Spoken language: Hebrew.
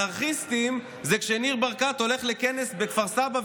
אנרכיסטים זה כשניר ברקת הולך לכנס בכפר סבא,